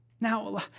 Now